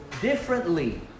differently